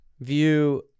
view